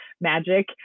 magic